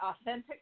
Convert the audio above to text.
authentic